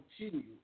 continue